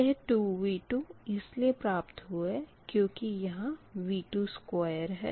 यह 2V2 इसलिए प्राप्त हुआ है क्यूँकि यहाँ V22 है